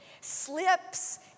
slips